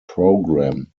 program